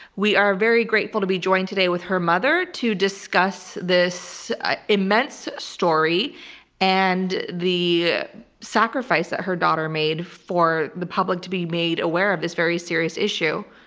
we are very grateful to be joined today with her mother to discuss this immense story and the sacrifice that her daughter made for the public to be made aware of this very serious issue.